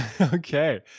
Okay